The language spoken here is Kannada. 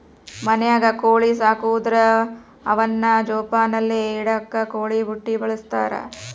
ಮನ್ಯಾಗ ಕೋಳಿ ಸಾಕದವ್ರು ಅವನ್ನ ಜೋಪಾನಲೆ ಇಡಾಕ ಕೋಳಿ ಬುಟ್ಟಿ ಬಳಸ್ತಾರ